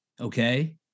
Okay